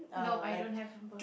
nope I don't have a bowling